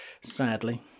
Sadly